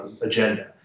agenda